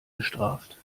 bestraft